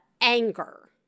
anger